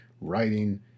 writing